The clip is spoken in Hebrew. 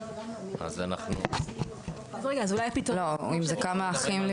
אני לא נתקלתי --- אם זה כמה אחים.